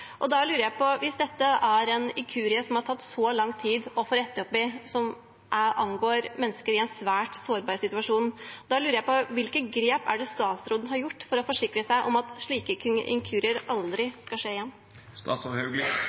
2017 da regjeringen fremmet en proposisjon for Stortinget. Det har snart gått tre år siden denne proposisjonen ble fremmet. Tre år er lang tid. Hvis dette er en inkurie som har tatt så lang tid å få rettet opp i, og som angår mennesker i en svært sårbar situasjon, lurer jeg på: Hvilke grep er det statsråden har gjort for å forsikre seg om